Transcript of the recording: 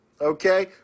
okay